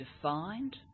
defined